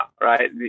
right